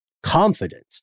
Confident